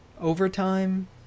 overtime